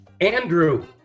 Andrew